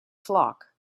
flock